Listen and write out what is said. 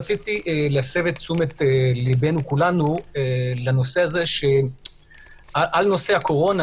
רציתי להסב את תשומת לבנו כולנו לכך שעל נושא הקורונה,